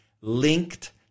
linked